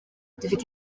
dufite